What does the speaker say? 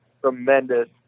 Tremendous